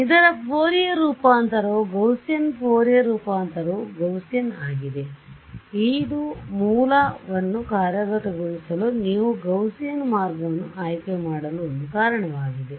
ಆದ್ದರಿಂದ ಇದರ ಫೋರಿಯರ್ ರೂಪಾಂತರವು ಗೌಸಿಯನ್ನ ಫೋರಿಯರ್ ರೂಪಾಂತರವು ಗೌಸಿಯನ್ ಆಗಿದೆ ಇದು ಮೂಲ ವನ್ನು ಕಾರ್ಯಗತಗೊಳಿಸಲು ನೀವು ಗೌಸಿಯನ್ ಮಾರ್ಗವನ್ನು ಆಯ್ಕೆಮಾಡಲು ಒಂದು ಕಾರಣವಾಗಿದೆ